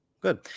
Good